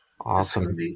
Awesome